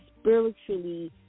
spiritually